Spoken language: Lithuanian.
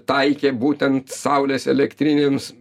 taikė būtent saulės elektrinėms